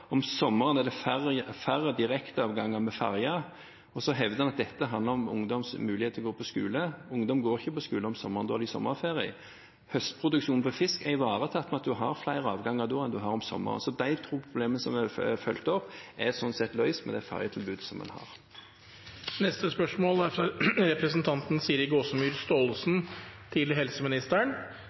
dette handler om ungdoms muligheter til å gå på skole. Ungdom går ikke på skolen om sommeren, da har de sommerferie. Høstproduksjonen av fisk er ivaretatt ved at man har flere avganger da enn man har om sommeren. De to problemene som ble tatt opp, er sånn sett løst med det ferjetilbudet som en har. Dette spørsmålet, fra representanten Siri Gåsemyr Staalesen til helseministeren,